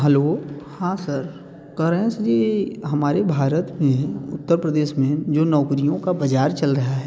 hello हाँ sir करंस ये हमारे भारत में उत्तर प्रदेश में जो नौकरियों का बज़ार चल रहा है